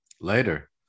Later